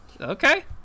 Okay